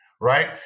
right